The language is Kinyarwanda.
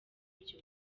byo